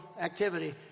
activity